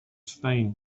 spain